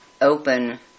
open